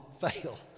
fail